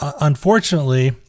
unfortunately